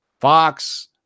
Fox